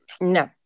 No